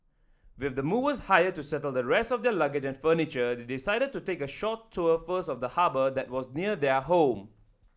with the movers hired to settle the rest of their luggage and furniture they decided to take a short tour first of the harbour that was near their home